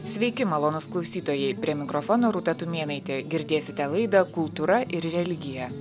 sveiki malonūs klausytojai prie mikrofono rūta tumėnaitė girdėsite laidą kultūra ir religija